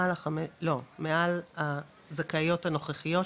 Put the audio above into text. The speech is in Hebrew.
לא, מעל הזכאיות הנוכחיות.